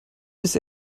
bis